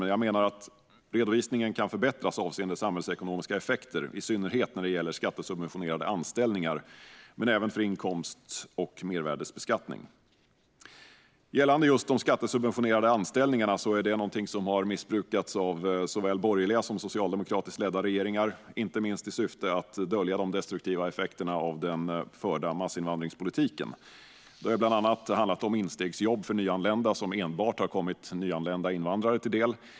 Men jag menar att redovisningen kan förbättras avseende samhällsekonomiska effekter, i synnerhet när det gäller skattesubventionerade anställningar och även för inkomst och mervärdesbeskattning. De skattesubventionerade anställningarna har missbrukats av såväl borgerligt som socialdemokratiskt ledda regeringar, inte minst i syfte att dölja de destruktiva effekterna av den förda massinvandringspolitiken. Det har bland annat handlat om instegsjobb som enbart har kommit nyanlända invandrare till del.